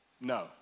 No